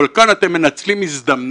אבל כאן אתם מנצלים הזדמנות